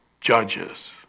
judges